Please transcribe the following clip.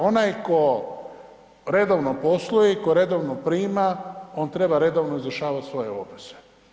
Onaj tko redovno posluje i tko redovno prima, on treba redovno izvršavati svoje obveze.